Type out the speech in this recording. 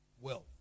Wealth